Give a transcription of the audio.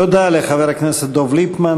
תודה לחבר הכנסת דב ליפמן.